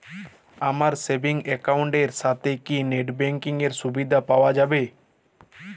আমার savings account এর সাথে কি নেটব্যাঙ্কিং এর সুবিধা পাওয়া যাবে?